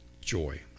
joy